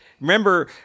Remember